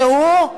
זהו,